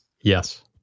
Yes